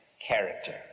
character